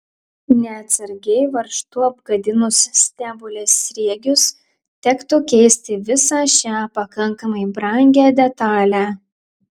neatsargiai varžtu apgadinus stebulės sriegius tektų keisti visą šią pakankamai brangią detalę